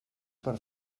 pel